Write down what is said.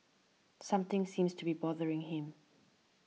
something seems to be bothering him